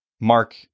Mark